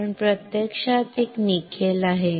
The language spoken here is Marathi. पण प्रत्यक्षात एक निकेल आहे